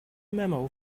memo